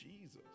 Jesus